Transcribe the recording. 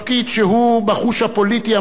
בחוש הפוליטי המיוחד שלו,